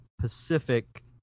Pacific